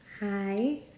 Hi